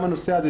גם הנושא הזה,